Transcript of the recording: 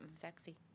sexy